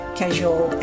casual